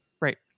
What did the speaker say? Right